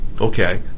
okay